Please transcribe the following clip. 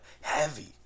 heavy